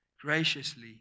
graciously